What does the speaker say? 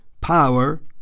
power